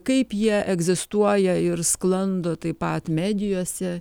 kaip jie egzistuoja ir sklando taip pat medijose